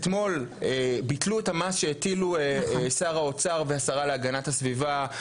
אתמול ביטלו את המס שהטילו שר האוצר והשרה להגנת הסביבה,